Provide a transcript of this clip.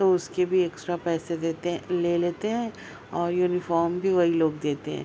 تو اس کے بھی ایکسٹرا پیسے دیتے ہیں لے لیتے ہیں اور یونیفام بھی وہی لوگ دیتے ہیں